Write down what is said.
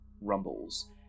rumbles